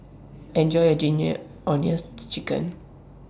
Enjoy your Ginger Onions Chicken